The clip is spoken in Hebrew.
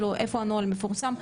איפה הנוהל מפורסם?